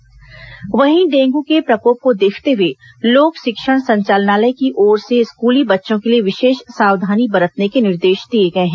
dengue school बच्चे वहीं dengue के प्रकोप को देखते हुए लोक शिक्षण संचालनालय की ओर से स्कूली बच्चों के लिए विशेष सावधानी बरतने के निर्देश दिए गए हैं